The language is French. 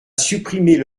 supprimer